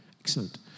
Excellent